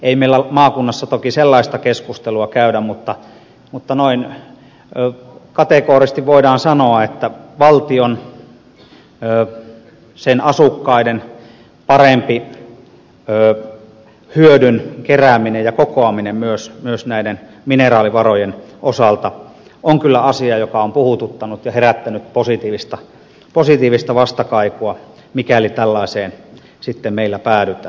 ei meillä maakunnassa toki sellaista keskustelua käydä mutta noin kategorisesti voidaan sanoa että valtion sen asukkaiden parempi hyödyn kerääminen ja kokoaminen myös näiden mineraalivarojen osalta on kyllä asia joka on puhuttanut ja herättänyt positiivista vastakaikua mikäli tällaiseen meillä päädytään